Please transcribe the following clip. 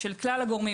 של כלל הגורמים,